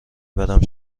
برم